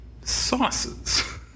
sauces